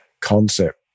concept